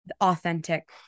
authentic